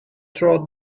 trod